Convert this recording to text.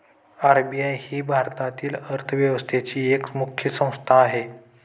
RBI ही भारतीय अर्थव्यवस्थेची एक मुख्य संस्था आहे